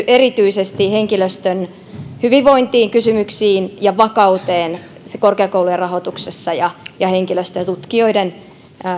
erityisesti henkilöstön hyvinvointikysymyksiin ja vakauteen korkeakoulujen rahoituksessa ja ja henkilöstötutkijoiden